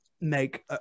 make